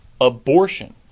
abortion